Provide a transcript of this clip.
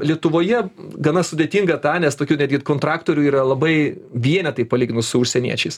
lietuvoje gana sudėtinga tą nes tokių netgi kontraktorių yra labai vienetai palyginus su užsieniečiais